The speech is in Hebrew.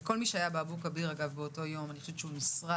כל מי שהיה באבו-כביר באותו יום אני חושבת שהוא נשרט